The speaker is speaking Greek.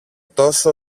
τόσο